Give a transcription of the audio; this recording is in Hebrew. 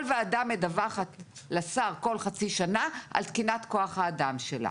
כל ועדה מדווחת לשר כל חצי שנה על תקינת כוח האדם שלה.